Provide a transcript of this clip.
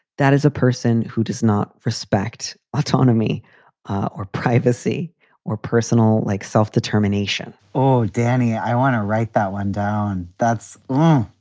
that is a person who does not respect autonomy or privacy or personal like self-determination oh, danny, i want to write that one down. that's wrong.